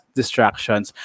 distractions